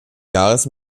jahres